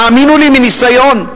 תאמינו לי, מניסיון.